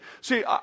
See